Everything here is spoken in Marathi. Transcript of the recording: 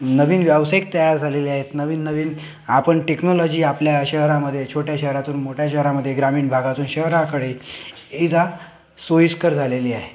नवीन व्यावसायिक तयार झालेले आहेत नवीननवीन आपण टेक्नॉलॉजी आपल्या शहरामध्ये छोट्या शहरातून मोठ्या शहरामध्ये ग्रामीण भागातून शहराकडे ये जा सोईस्कर झालेली आहे